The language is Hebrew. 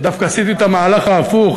ודווקא עשיתי את המהלך ההפוך,